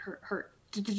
hurt